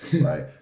Right